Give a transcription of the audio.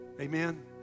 Amen